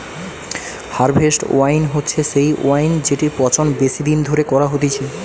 harvest wine হচ্ছে সেই wine জেটির পচন বেশি দিন ধরে করা হতিছে